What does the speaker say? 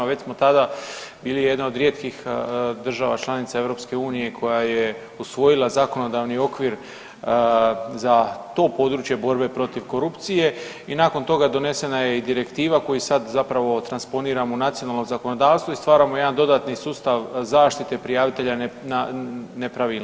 Već smo tada bili jedna od rijetkih država članica EU koja je usvojila zakonodavni okvir za to područje borbe protiv korupcije i nakon toga donesena je i direktiva koju sad zapravo transponiramo u nacionalno zakonodavstvo i stvaramo jedan dodatni sustav zaštite prijavitelja nepravilnosti.